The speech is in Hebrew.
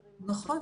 נכון.